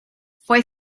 fue